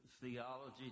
theology